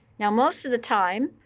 now, most of the time,